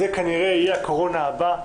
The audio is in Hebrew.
זה כנראה יהיה הקורונה הבא,